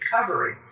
recovery